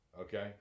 okay